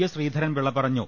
S Sreedharan Pillai പറഞ്ഞു